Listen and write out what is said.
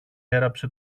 έραψε